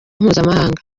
mpuzamahanga